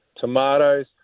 tomatoes